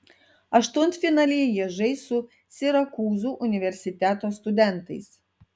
aštuntfinalyje jie žais su sirakūzų universiteto studentais